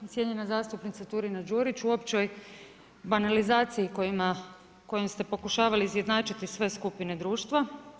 Cijenjena zastupnica Turina-Đurić uopće banalizacija kojim ste pokušali izjednačiti sve skupine društva.